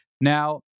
now